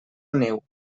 niu